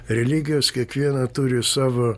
religijos kiekviena turi savo